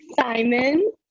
Simon